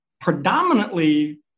predominantly